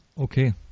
Okay